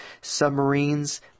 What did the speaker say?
submarines